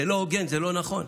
זה לא הוגן ולא נכון,